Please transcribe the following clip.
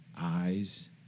eyes